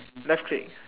left click